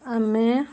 ଆମେ